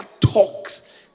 talks